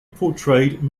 portrayed